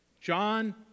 John